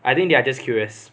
I think they are just curious